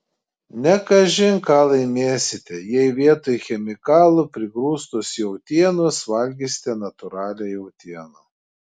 ne kažin ką laimėsite jei vietoj chemikalų prigrūstos jautienos valgysite natūralią jautieną